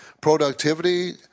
productivity